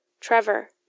Trevor